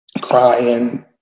crying